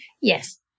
Yes